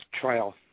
trial